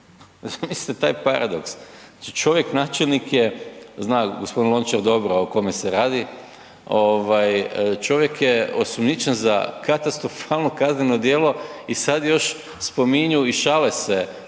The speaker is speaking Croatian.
Zamislite taj paradoks. Znači čovjek, načelnik je, zna g. Lončar o kome se radi, čovjek je osumnjičen za katastrofalno kazneno djelo i sad još spominju i šale se